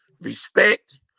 respect